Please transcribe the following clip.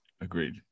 agreed